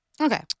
Okay